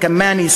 אל-כמאנה,